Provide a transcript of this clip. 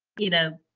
you know,